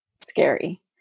scary